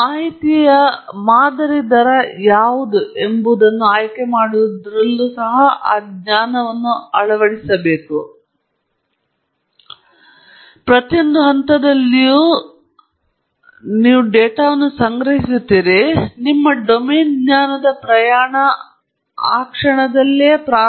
ನಿಮ್ಮ ಮಾಹಿತಿಯ ಮಾದರಿ ದರ ಯಾವುದು ಎಂಬುದನ್ನು ಆಯ್ಕೆಮಾಡುವುದರಲ್ಲೂ ಸಹ ಆ ಜ್ಞಾನವನ್ನು ಪ್ರತಿಯೊಂದು ಹಂತದಲ್ಲಿಯೂ ಪರಿಗಣಿಸಬೇಕು ಅದು ಎಷ್ಟು ಸಮಯದಲ್ಲಾದರೂ ನೀವು ಡೇಟಾವನ್ನು ಸಂಗ್ರಹಿಸಬೇಕು ಅಲ್ಲಿಯೇ ನಿಮ್ಮ ಡೊಮೇನ್ ಜ್ಞಾನದ ಪ್ರಯಾಣ ಪ್ರಾರಂಭವಾಗುತ್ತದೆ